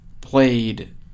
played